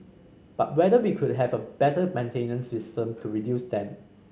but whether we could have a better maintenance system to reduce them